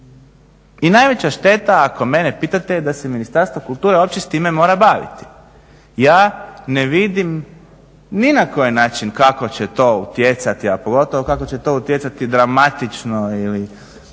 I najveća šteta, ako mene pitate, je da se Ministarstvo kulture s time mora baviti. Ja ne vidim ni na koji način kako će to utjecati, a pogotovo kako će to utjecati dramatično ili